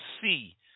see